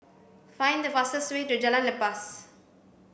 find the fastest way to Jalan Lepas